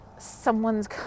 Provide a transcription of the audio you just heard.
Someone's